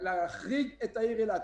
להחריג את העיר אילת.